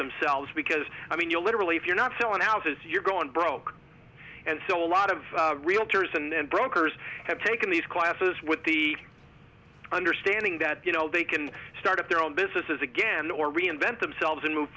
themselves because i mean you're literally if you're not so announces you're going broke and so a lot of realtors and brokers have taken these classes with the understanding that they can start up their own businesses again or reinvent themselves and move